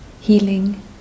healing